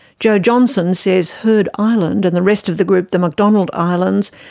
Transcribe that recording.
joe johnson says heard island and the rest of the group, the mcdonald islands,